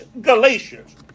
Galatians